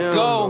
go